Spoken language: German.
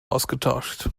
ausgetauscht